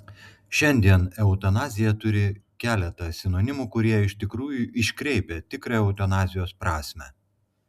šiandien eutanazija turi keletą sinonimų kurie iš tikrųjų iškreipia tikrą eutanazijos prasmę